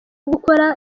gukora